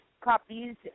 copies